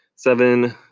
Seven